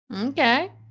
Okay